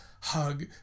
hug